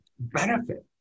benefit